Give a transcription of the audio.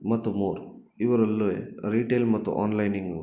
ಮತ್ತು ಮೋರ್ ಇವರಲ್ಲೇ ರಿಟೇಲ್ ಮತ್ತು ಆನ್ಲೈನಿಂಗ್